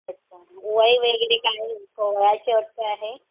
अच्छा वय वेगळे काय क वयाची अट काय आहे